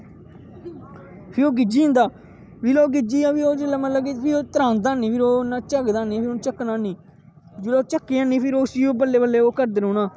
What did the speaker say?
फिह् ओह् गिज्झी जंदा जिसलै ओह् गिज्झी जा जिसलै मतलब कि उसी तरांह्दा नेईं फिर ओह् झकदा नेईं फिर उन्नै झक्कना नेईं जिसलै ओह् झक्केआ नेईं फिर उसी ओह् बल्लें बल्लें ओह् करदे रौहना